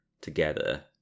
together